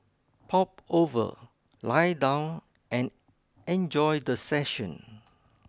pop over lie down and enjoy the session